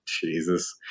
jesus